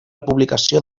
publicació